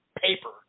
paper